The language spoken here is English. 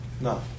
No